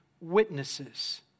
witnesses